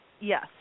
yes